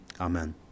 Amen